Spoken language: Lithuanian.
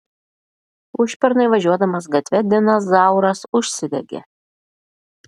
užpernai važiuodamas gatve dinas zauras užsidegė